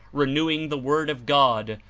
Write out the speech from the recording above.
renewing the word of god,